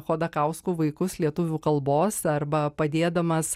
chodakauskų vaikus lietuvių kalbos arba padėdamas